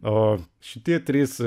o šitie trys